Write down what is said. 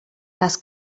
cas